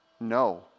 no